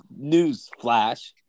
newsflash